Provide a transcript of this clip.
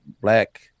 Black